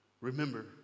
remember